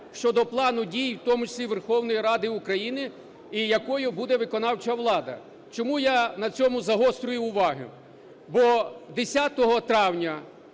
щодо плану дій, в тому числі Верховної Ради України, і якою буде виконавча влада. Чому я на цьому загострюю увагу? Бо 10 травня